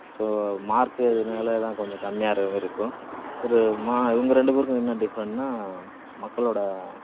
so mark அதனால தான் கொஞ்சம் கம்மியாக இருக்கிற மாதிரி இருக்கும் சரி மா இவங்க ரெண்டு பேருக்கும் என்ன டிஃப்ரெண்ட்டுன்னா மக்களோடய